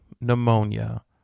pneumonia